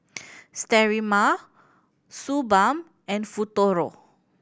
sterimar Suu Balm and Futuro